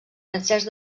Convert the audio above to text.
francesc